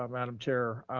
um madam chair,